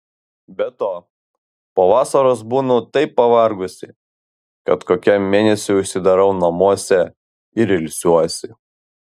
be to po vasaros būnu taip pavargusi kad kokiam mėnesiui užsidarau namuose ir ilsiuosi